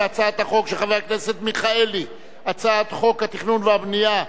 ההצעה להעביר את הצעת חוק התכנון והבנייה (תיקון,